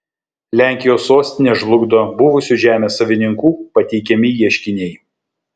lenkijos sostinę žlugdo buvusių žemės savininkų pateikiami ieškiniai